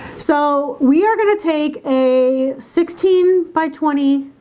so we are gonna take a sixteen by twenty